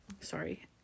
Sorry